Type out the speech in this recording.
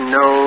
no